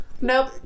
Nope